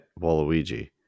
Waluigi